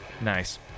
nice